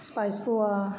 spice Goa